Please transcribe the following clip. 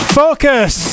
focus